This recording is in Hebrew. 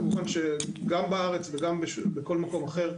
כמובן שגם בארץ וגם בכל מקום אחר,